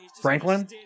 franklin